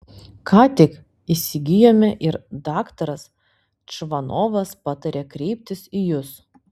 ką tik įsigijome ir daktaras čvanovas patarė kreiptis į jus